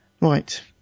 Right